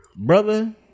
Brother